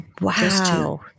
Wow